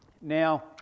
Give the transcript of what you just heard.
Now